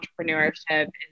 entrepreneurship